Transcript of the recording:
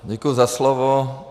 Děkuji za slovo.